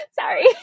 sorry